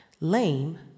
lame